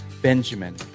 Benjamin